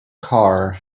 car